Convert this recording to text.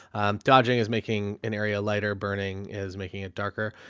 um, dodging is making an area lighter. burning is making it darker.